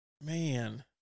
Man